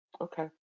okay